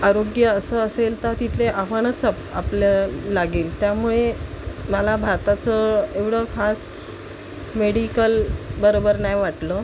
आरोग्य असं असेल तर तिथले आव्हानच आपल्याला लागेल त्यामुळे मला भारताचं एवढं खास मेडिकल बरोबर नाही वाटलं